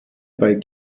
bei